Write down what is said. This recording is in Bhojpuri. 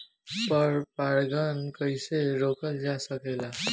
पर परागन कइसे रोकल जा सकेला?